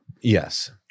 yes